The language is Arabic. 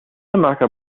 معك